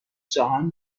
جهان